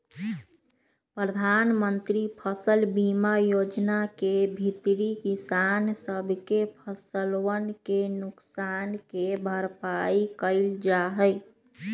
प्रधानमंत्री फसल बीमा योजना के भीतरी किसान सब के फसलवन के नुकसान के भरपाई कइल जाहई